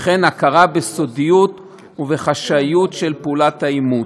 וכן הכרה בסודיות ובחשאיות של פעולת האימוץ,